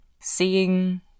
seeing